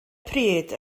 pryd